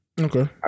Okay